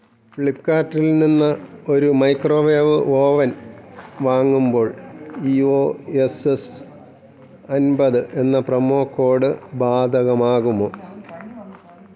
ഫ്ലിപ്പ്കാർട്ടിൽ നിന്ന് ഒരു മൈക്രോവേവ് ഓവൻ വാങ്ങുമ്പോൾ ഈ ഓ എസ് എസ് അൻപത് എന്ന പ്രമോ കോഡ് ബാധകമാകുമോ